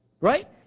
Right